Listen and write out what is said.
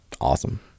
awesome